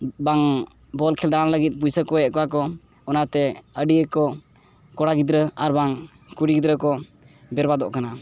ᱵᱟᱝ ᱵᱚᱞ ᱠᱷᱮᱹᱞ ᱫᱟᱬᱟᱱ ᱞᱟᱹᱜᱤᱫ ᱯᱩᱭᱥᱟᱹ ᱠᱚᱭᱮᱜ ᱠᱚᱣᱟ ᱠᱚ ᱚᱱᱟᱛᱮ ᱟᱹᱰᱤᱜᱮ ᱠᱚ ᱠᱚᱲᱟ ᱜᱤᱫᱽᱨᱟᱹ ᱟᱨ ᱵᱟᱝ ᱠᱩᱲᱤ ᱜᱤᱫᱽᱨᱟᱹ ᱠᱚ ᱵᱮᱨᱵᱟᱫᱚᱜ ᱠᱟᱱᱟ